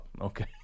Okay